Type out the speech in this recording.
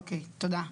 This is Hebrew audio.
אוקיי, תודה.